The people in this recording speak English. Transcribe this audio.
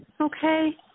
Okay